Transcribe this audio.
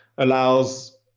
allows